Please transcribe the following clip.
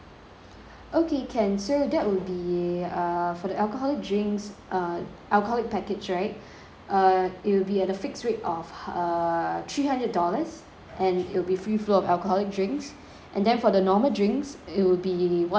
okay can so that will be err for the alcoholic drinks uh alcoholic package right uh it will be at a fix rate of err three hundred dollars and it will be free flow of alcoholic drinks and then for the normal drinks it will be one hundred dollars